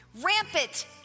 Rampant